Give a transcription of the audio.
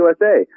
USA